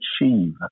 achieve